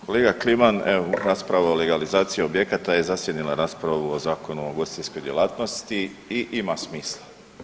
Kolega Kliman evo rasprava o legalizaciji objekata je zasjenila raspravu o Zakonu o ugostiteljskoj djelatnosti i ima smisla.